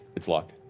it's locked.